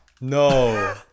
No